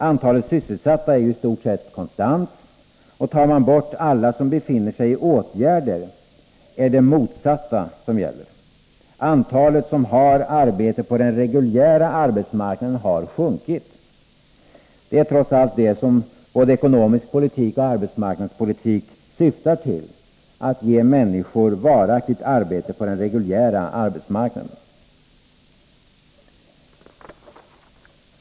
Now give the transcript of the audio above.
Antalet sysselsatta är ju i stort sett konstant, och tar man bort alla som befinner sig i åtgärder är det det motsatta som gäller. Antalet som har arbete på den reguljära arbetsmarknaden har sjunkit. Det är trots allt det som både ekonomisk politik och arbetsmarknadspolitik syftar till — att ge människor varaktigt arbete på den reguljära arbetsmarknaden.